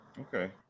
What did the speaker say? Okay